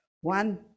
one